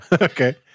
okay